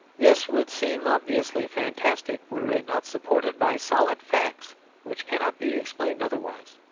this would seem obviously fantastic were it not supported by solid facts which cannot be explained otherwise.